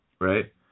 Right